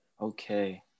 Okay